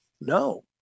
No